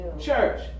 Church